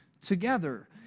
together